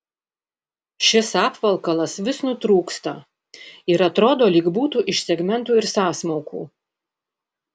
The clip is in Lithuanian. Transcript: šis apvalkalas vis nutrūksta ir atrodo lyg būtų iš segmentų ir sąsmaukų